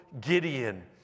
Gideon